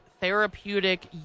therapeutic